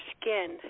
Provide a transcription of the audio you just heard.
Skin